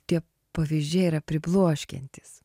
tie pavyzdžiai yra pribloškiantys